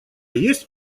есть